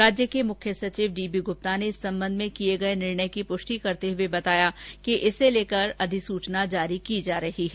राज्य के मुख्य सचिव डी बी गुप्ता ने इस संबंध में किए गए निर्णय की पुष्टि करते हुए आज बताया कि इसे लेकर अधिसूचना जारी की जा रही है